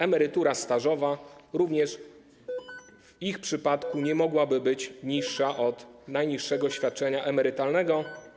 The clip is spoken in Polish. Emerytura stażowa również w ich przypadku nie mogłaby być niższa od najniższego świadczenia emerytalnego.